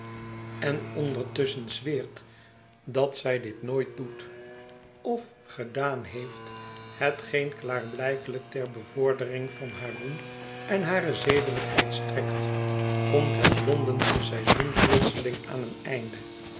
huis ondertusschen zweert dat zij dit nooit doet of gedaan heeft hetgeen klaarblijkelijk ter bevordering van haar roem en hare zedelijkheid strekt komt het londensche seizoen plotseling aan een einde